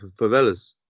favelas